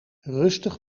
rustig